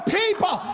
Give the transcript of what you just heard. people